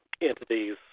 entities